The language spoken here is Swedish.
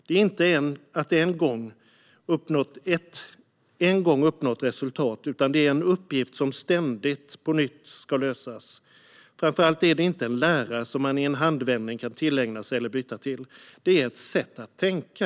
Det är inte ett en gång uppnått resultat utan en uppgift som ständigt på nytt ska lösas. Framför allt, menar Koch, är det inte en lära som man i en handvändning kan tillägna sig eller byta till. Det är ett sätt att tänka.